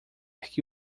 que